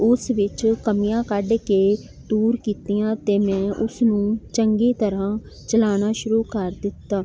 ਉਸ ਵਿੱਚ ਕਮੀਆਂ ਕੱਢ ਕੇ ਦੂਰ ਕੀਤੀਆਂ ਅਤੇ ਮੈਂ ਉਸ ਨੂੰ ਚੰਗੀ ਤਰ੍ਹਾਂ ਚਲਾਉਣਾ ਸ਼ੁਰੂ ਕਰ ਦਿੱਤਾ